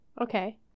Okay